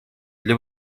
для